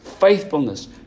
faithfulness